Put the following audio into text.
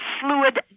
fluid